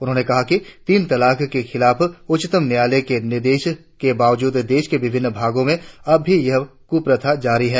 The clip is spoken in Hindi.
उन्होंने कहा कि तीन तलाक के खिलाफ उच्चतम न्यायालय के निर्देश के बावजूद देश के विभिन्न भागों में अब भी यह कुप्रथा जारी है